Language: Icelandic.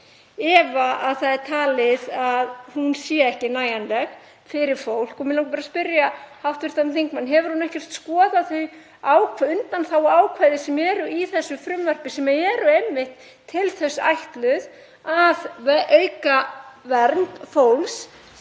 ef það er talið að hún sé ekki nægjanleg fyrir fólk. Mig langar að spyrja hv. þingmann: Hefur hún ekkert skoðað þau undanþáguákvæði sem eru í þessu frumvarpi sem eru einmitt til þess ætluð að auka vernd fólks